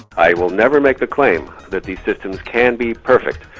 ah i will never make the claim that these systems can be perfect,